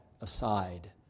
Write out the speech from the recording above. aside